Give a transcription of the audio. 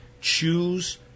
Choose